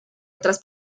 otras